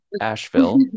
Asheville